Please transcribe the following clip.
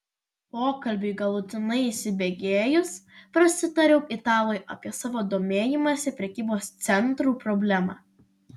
pokalbiui galutinai įsibėgėjus prasitariau italui apie savo domėjimąsi prekybos centrų problema